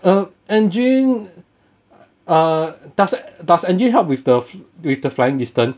um engine uh does that does engine help with the with the flying distance